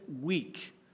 week